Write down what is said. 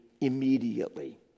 immediately